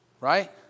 Right